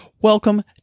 Welcome